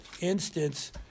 instance